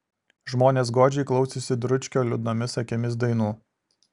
žmonės godžiai klausėsi dručkio liūdnomis akimis dainų